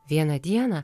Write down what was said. vieną dieną